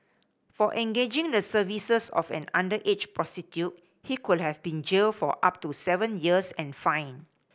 for engaging the services of an underage prostitute he could have been jailed for up to seven years and fined